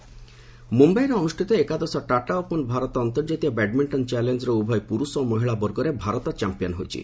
badminton ମୁମ୍ୟାଇରେ ଅନୁଷ୍ଠିତ ଏକାଦଶ ଟାଟା ଓପନ୍ ଭାରତ ଅନ୍ତର୍ଜାତୀୟ ବ୍ୟାଡ୍ମିଣ୍ଟନ୍ ଚ୍ୟାଲେଞ୍ର ଉଭୟ ପୁରୁଷ ଓ ମହିଳା ବର୍ଗରେ ଭାରତ ଚାମ୍ପିୟନ୍ ହୋଇଛି